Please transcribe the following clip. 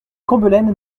combelaine